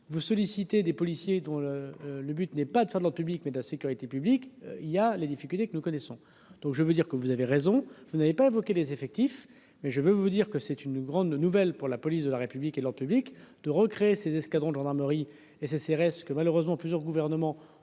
vous sollicitez des policiers dont le le but n'est pas de faire de leur public mais de la sécurité publique, il y a les difficultés que nous connaissons, donc je veux dire que vous avez raison, vous n'avez pas évoqué les effectifs mais je veux vous dire que c'est une grande nouvelle pour la police de la République et leur public, de recréer ces escadrons de gendarmerie et ce serait que, malheureusement, plusieurs gouvernements ont